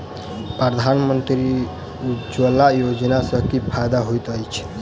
प्रधानमंत्री उज्जवला योजना सँ की फायदा होइत अछि?